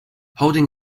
holding